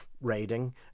raiding